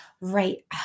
right